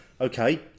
Okay